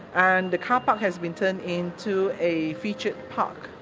and the car park has been turned into a featured park,